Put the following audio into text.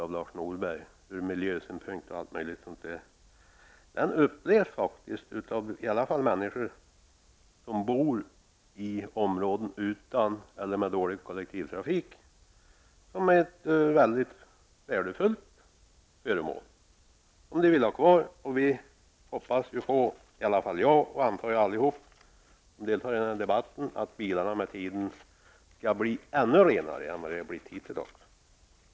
Han talade om bilen från miljösynpunkt och allt möjligt annat. Bilen upplevs av de människor som bor i områden utan eller med dålig kollektivtrafik som ett väldigt värdefullt föremål. De vill ha kvar bilen, och jag, och jag antar alla som deltar i denna debatt, hoppas på att bilen med tiden skall bli ännu renare än den varit hittilldags.